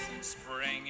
Spring